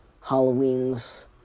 Halloween's